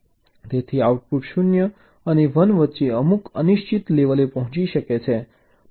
તેથી આઉટપુટ 0 અને 1 વચ્ચે અમુક અનિશ્ચિત લેવલે પહોંચી શકે છે